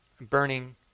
burning